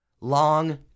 Long